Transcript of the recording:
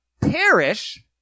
perish